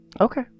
Okay